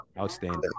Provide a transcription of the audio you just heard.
Outstanding